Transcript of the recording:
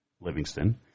Livingston